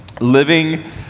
Living